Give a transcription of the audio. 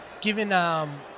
Given